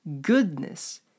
goodness